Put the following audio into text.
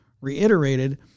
reiterated